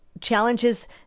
challenges